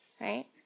right